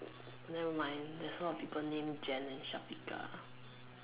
nevermind there's a lot of people named Jen and Syafiqah